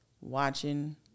watching